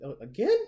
again